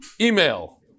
email